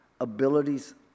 abilities